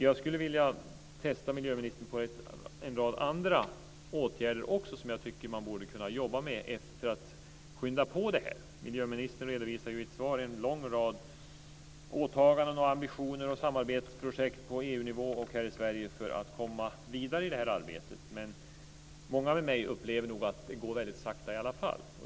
Jag skulle också vilja testa miljöministern på en rad andra åtgärder som jag tycker att man borde kunna jobba med för att skynda på det här. Miljöministern redovisar ju i svaret en lång rad åtaganden, ambitioner och samarbetsprojekt på EU-nivå och i Sverige för att komma vidare i det här arbetet, men många med mig upplever nog att det går väldigt sakta i alla fall.